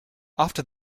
after